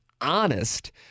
honest